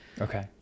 Okay